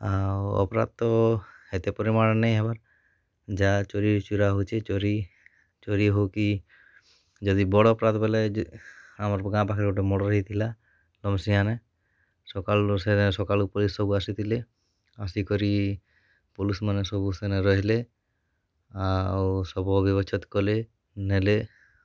ଆଉ ଅପରାଧ ତ ଏତେ ପରିମାଣରେ ନେହି ହବାର ଯାହା ଚୋରୀ ଚୂରା ହେଉଛି ଚୋରୀ ଚୋରୀ ହଉ କି ଯଦି ବଡ଼ ଅପରାଧ ବଲେ ଯେ ଆମର ଗାଁ ପାଖରେ ଗୋଟେ ମର୍ଡ଼ର ହେଇଥିଲା ସେୟା ନା ସକାଳୁ ସେୟା ସକାଳୁ ପୋଲିସ ସବୁ ଆସିଥିଲେ ଆସିକରି ପୋଲିସ ମାନେ ସବୁ ଆଉ ଶବ ବ୍ୟବଛେଦ କଲେ ନେଲେ